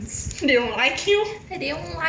they don't like you